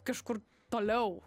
kažkur toliau